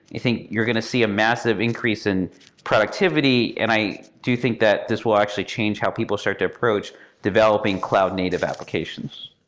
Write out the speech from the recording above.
i think you're going to see a massive increase in productivity, and i do think that this will actually change how people start to approach developing cloud-native applications.